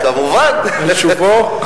לשובו.